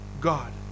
God